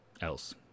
else